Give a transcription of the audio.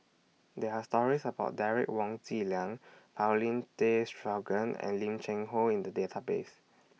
There Are stories about Derek Wong Zi Liang Paulin Tay Straughan and Lim Cheng Hoe in The Database